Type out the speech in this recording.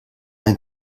ein